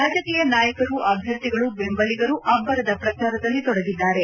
ರಾಜಕೀಯ ನಾಯಕರು ಅಭ್ಯರ್ಥಿಗಳು ಬೆಂಬಲಿಗರು ಅಭ್ಯರದ ಪ್ರಚಾರದಲ್ಲಿ ತೊಡಗಿದ್ದಾರೆ